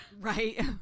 right